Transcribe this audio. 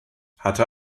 hatte